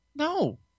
No